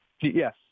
Yes